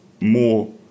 more